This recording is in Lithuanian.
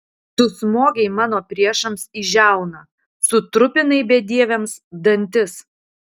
tu smogei mano priešams į žiauną sutrupinai bedieviams dantis